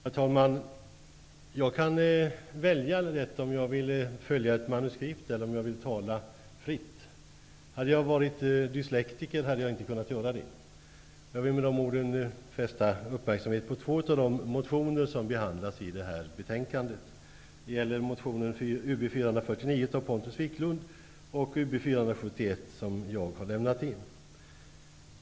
Herr talman! Jag kan välja om jag vill följa ett manuskript eller om jag vill tala fritt. Hade jag varit dyslektiker hade jag inte kunnat göra det. Jag vill med de orden fästa uppmärksamhet på två av de motioner som behandlas i det här betänkandet. Det gäller motion Ub449 av Pontus Wiklund och Ub471 som jag har väckt.